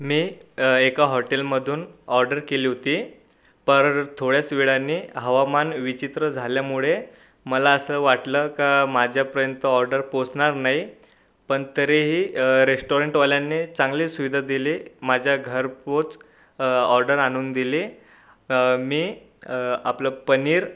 मी एका हॉटेलमधून ऑर्डर केली होती पर थोड्याच वेळाने हवामान विचित्र झाल्यामुळे मला असं वाटलं का माझ्यापर्यंत ऑर्डर पोहोचणार नाही पण तरीही रेस्टाॅरंटवाल्यांनी चांगली सुविधा दिली माझ्या घरपोच ऑर्डर आणून दिली मी आपलं पनीर